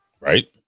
Right